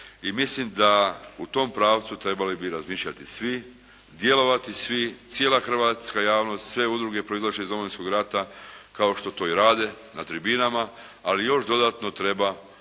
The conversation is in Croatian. mislim da u tom pravcu trebali bi razmišljati svi, djelovati svi cijela hrvatska javnost, sve udruge proizašle iz Domovinskog rata kao što to i rade na tribinama ali još dodatno treba apelirati